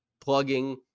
plugging